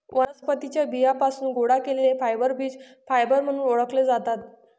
वनस्पतीं च्या बियांपासून गोळा केलेले फायबर बीज फायबर म्हणून ओळखले जातात